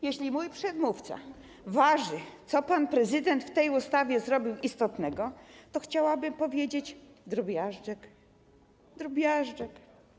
Jeśli mój przedmówca waży, co pan prezydent w tej ustawie zrobił istotnego, to chciałabym powiedzieć: drobiażdżek, drobiażdżek.